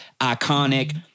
iconic